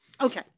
Okay